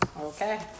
Okay